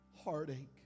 heartache